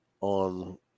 on